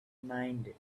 mind